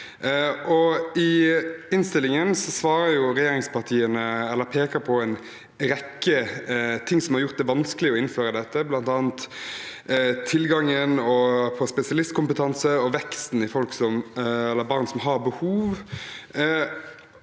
I innstillingen peker regjeringspartiene på en rekke ting som har gjort det vanskelig å innføre dette, bl.a. til gangen på spesialistkompetanse og veksten av barn som har behov.